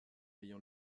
ayant